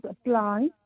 apply